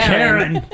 Karen